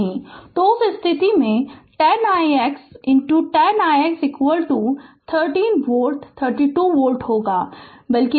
तो उस स्थिति में यह 10 ix 10 ix 30 वोल्ट 32 वोल्ट होगा बल्कि